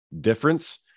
difference